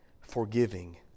forgiving